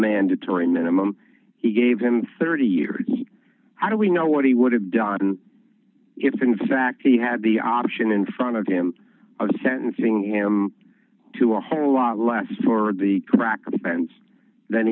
mandatory minimum he gave them thirty years how do we know what he would have done if in fact he had the option in front of him a sentencing him to a whole lot less for the crack offense th